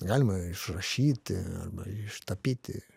galima išrašyti arba ištapyti